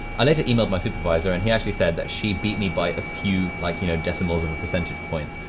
i later emailed my supervisor and he actually said that she beat me by a few like, you know, decimals of a percentage point.